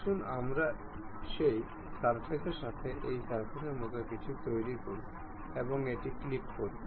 আসুন আমরা সেই সারফেসের সাথে এই সারফেসের মতো কিছু করি এবং ক্লিক করুন